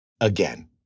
again